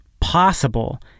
possible